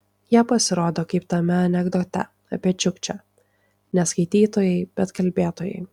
jie pasirodo kaip tame anekdote apie čiukčę ne skaitytojai bet kalbėtojai